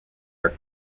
are